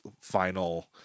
final